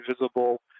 visible